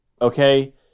okay